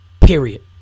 Period